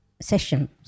session